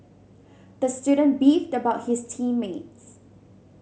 the student beefed about his team mates